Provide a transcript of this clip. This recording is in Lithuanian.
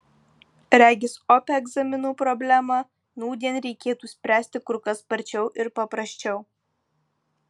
regis opią egzaminų problemą nūdien reikėtų spręsti kur kas sparčiau ir paprasčiau